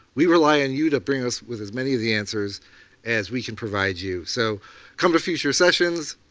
we rely on you to bring us with as many of the answers as we can provide you. so come to future sessions,